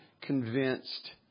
convinced